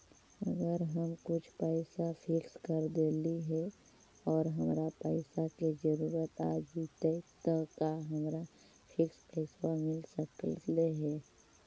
अगर हम कुछ पैसा फिक्स कर देली हे और हमरा पैसा के जरुरत आ जितै त का हमरा फिक्स पैसबा मिल सकले हे?